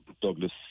Douglas